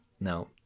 No